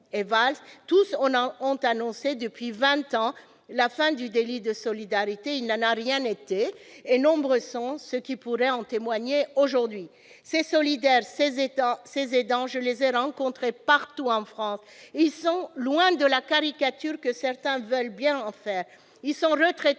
tous ont annoncé, depuis vingt ans, la fin du délit de solidarité. Il n'en a rien été, et nombreux sont ceux qui pourraient en témoigner aujourd'hui. Ces solidaires, ces aidants, je les ai rencontrés partout en France, et ils sont loin de la caricature que certains veulent bien en faire. Ils sont retraités,